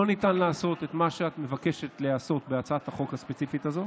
לא ניתן לעשות את מה שאת מבקשת לעשות בהצעת החוק הספציפית הזאת.